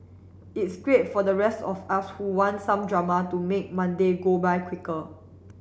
it's great for the rest of us who want some drama to make Monday go by quicker